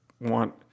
want